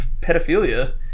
pedophilia